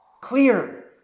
Clear